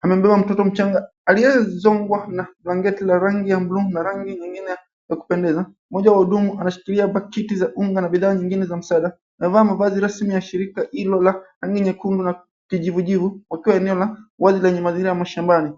amembeba mtoto mchanga aliyezongwa na blanketi la rangi ya buluu na rangii nyingine ya kupendeza. Mmoja wa wahudumu anashikilia paketi ya unga na bidhaa nyingine za msaada. Amevaa mavazi rasmi ya shirika hilo la nyekundu na kijivujivu wakiwa eneo wazi la mzingira ya mashambani.